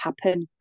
happen